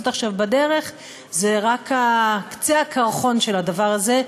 עכשיו בדרך זה רק קצה הקרחון של הדבר הזה,